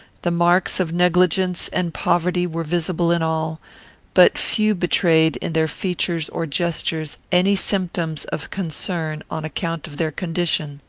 the marks of negligence and poverty were visible in all but few betrayed, in their features or gestures, any symptoms of concern on account of their condition.